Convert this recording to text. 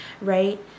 right